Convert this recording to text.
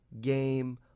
game